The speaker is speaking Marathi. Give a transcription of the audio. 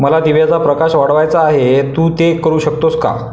मला दिव्याचा प्रकाश वाढवायचा आहे तू ते करू शकतोस का